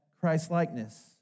Christ-likeness